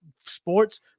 sports